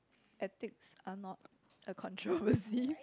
ethics are not a controversy